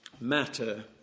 matter